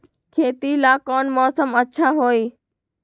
खेती ला कौन मौसम अच्छा होई?